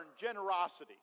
generosity